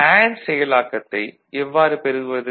and செயலாக்கத்தை எவ்வாறு பெறுவது